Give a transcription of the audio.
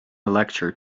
lecture